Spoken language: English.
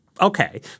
okay